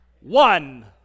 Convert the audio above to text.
one